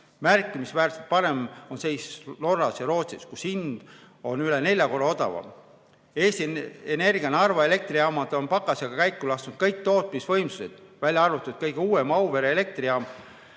Märkimisväärselt parem on seis Norras ja Rootsis, kus hind on üle nelja korra odavam. Eesti Energia Narva elektrijaamad on pakasega käiku lasknud kõik tootmisvõimsused, välja arvatud kõige uuem, Auvere elektrijaam,